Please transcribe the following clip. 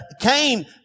Cain